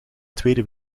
tweede